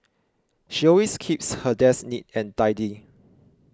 she always keeps her desk neat and tidy